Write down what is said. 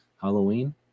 Halloween